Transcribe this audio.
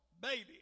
baby